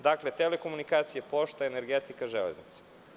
Dakle, telekomunikacije, pošta, energetika, železnica.